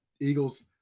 Eagles